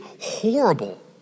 horrible